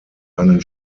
einen